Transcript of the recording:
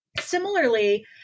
Similarly